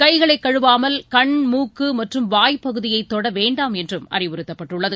கைகளைகழுவாமல் கண் மூக்குமற்றும் வாய் பகுதியைதொடவேண்டாம் என்றும் அறிவறுத்தப்பட்டுள்ளது